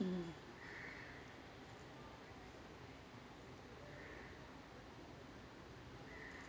mm